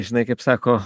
žinai kaip sako